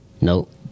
Nope